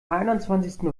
einundzwanzigsten